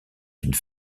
d’une